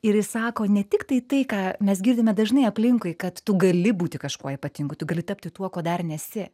ir jis sako ne tiktai tai ką mes girdime dažnai aplinkui kad tu gali būti kažkuo ypatingu tu gali tapti tuo kuo dar nesi